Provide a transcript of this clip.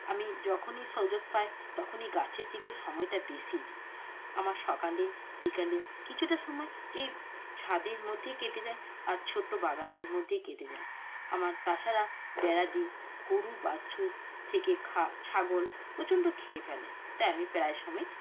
আমি যখনই সুযোগ পাই তখনই গাছের দিকে সময়টা বেশি দিই আমার সকালে বিকালে কিছুটা সময় এই ছাদের মধ্যেই কেটে যায় আর ছোট্ট বাগানটার মধ্যেই কেটে যায় আমার তাছাড়া বেড়া দিই গরু বাছুর থেকে ছাগল প্রচণ্ড খেয়ে ফেলে তাই আমি প্রায় সময়ই